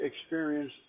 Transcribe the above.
experience